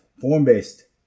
form-based